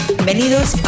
Bienvenidos